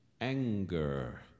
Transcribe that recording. anger